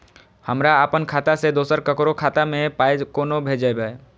हमरा आपन खाता से दोसर ककरो खाता मे पाय कोना भेजबै?